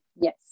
Yes